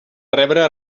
rebre